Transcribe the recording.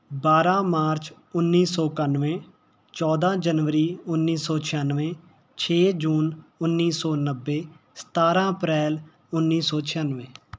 ਬਾਰ੍ਹਾਂ ਮਾਰਚ ਉੱਨੀ ਸੌ ਇਕਾਨਵੇਂ ਚੌਦਾਂ ਜਨਵਰੀ ਉੱਨੀ ਸੌ ਛਿਆਨਵੇਂ ਛੇ ਜੂਨ ਉੱਨੀ ਸੌ ਨੱਬੇ ਸਤਾਰ੍ਹਾਂ ਅਪ੍ਰੈਲ ਉੱਨੀ ਸੌ ਛਿਆਨਵੇਂ